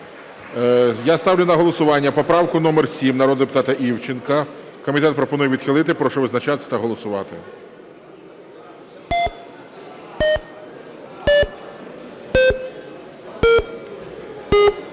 Я ставлю на голосування поправку номер 7 народного депутата Івченка. Комітет пропонує відхилити. Прошу визначатися та голосувати.